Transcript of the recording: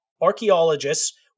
archaeologists